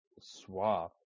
swap